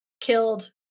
killed